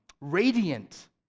radiant